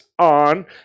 on